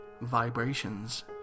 vibrations